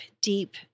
deep